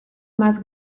más